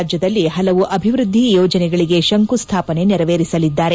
ರಾಜ್ಯದಲ್ಲಿ ಪಲವು ಅಭಿವೃದ್ದಿ ಯೋಜನೆಗಳಿಗೆ ಶಂಕುಸ್ಲಾಪನೆ ನೆರವೇರಿಸಲಿದ್ದಾರೆ